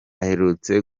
aherutse